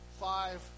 five